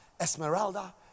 Esmeralda